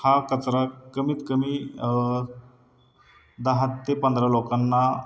हा कचरा कमीतकमी दहा ते पंधरा लोकांना